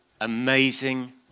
amazing